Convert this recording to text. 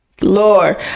Lord